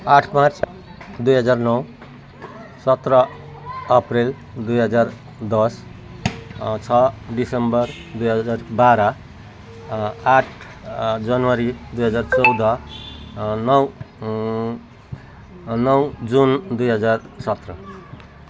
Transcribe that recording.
आठ मार्च दुई हजार नौ सत्र अप्रेल दुई हजार दस छ दिसम्बर दुई हजार बाह्र आठ जनवरी दुई हजार चौध नौ नौ जुन दुई हजार सत्र